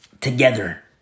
together